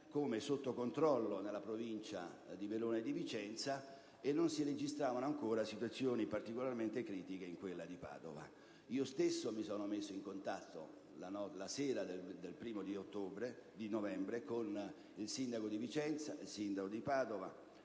come sotto controllo nella provincia di Verona e di Vicenza e non si registravano ancora situazioni particolarmente critiche in quella di Padova. Io stesso mi sono messo in contatto la sera del 1° novembre con il sindaco di Vicenza, il sindaco di Padova,